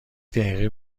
دقیقه